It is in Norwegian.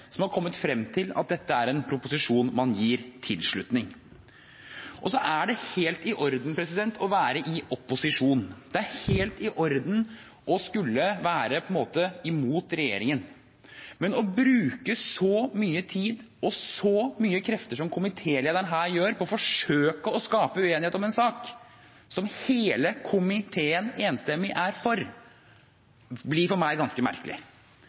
som har kommet frem til at dette er en proposisjon man gir tilslutning til. Det er helt i orden å være i opposisjon. Det er helt i orden å skulle være imot regjeringen, men å bruke så mye tid og så mange krefter som komitélederen her gjør på å forsøke å skape uenighet om en sak som hele komiteen enstemmig er for, blir for meg ganske merkelig,